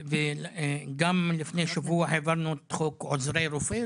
גם לפני שבוע העברנו את חוק עוזרי רופא,